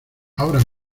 ahora